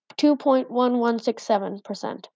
2.1167%